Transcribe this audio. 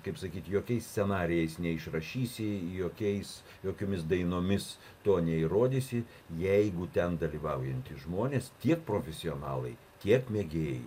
kaip sakyti jog scenarijais neišrašysi jokiais jokiomis dainomis to neįrodysi jeigu ten dalyvaujantys žmonės tiek profesionalai tiek mėgėjai